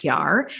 PR